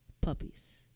puppies